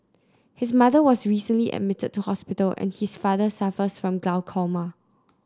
his mother was recently admitted to hospital and his father suffers from glaucoma